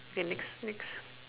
okay next next